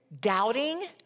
doubting